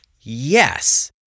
yes